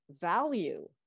value